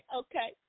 okay